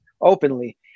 openly